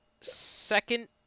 second